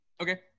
okay